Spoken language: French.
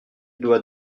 doit